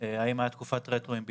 האם הייתה תקופת רטרו עם בידוד,